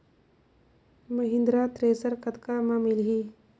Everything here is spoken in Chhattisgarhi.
महिंद्रा थ्रेसर कतका म मिलही?